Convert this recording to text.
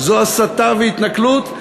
זה הסתה והתנכלות?